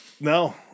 No